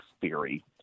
theory